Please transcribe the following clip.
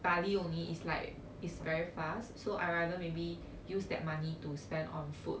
bali only it's like it's very fast so I rather maybe use that money to spend on food